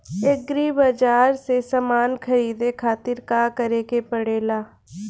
Agri बाज़ार से समान ख़रीदे खातिर का करे के पड़ेला?